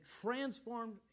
transformed